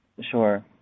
Sure